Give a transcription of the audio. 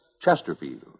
Chesterfield